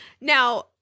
Now